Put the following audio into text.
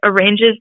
arranges